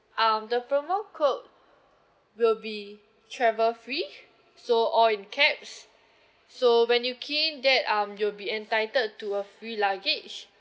um the promo code will be travel free so all in caps so when you key in that um you'll be entitled to a free luggage